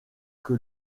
que